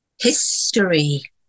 History